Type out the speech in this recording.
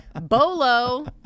bolo